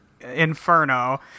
Inferno